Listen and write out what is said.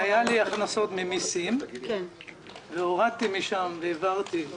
היו לי הכנסות ממיסים, הורדתי משם והעברתי,